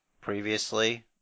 previously